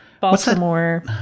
Baltimore